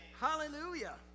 Hallelujah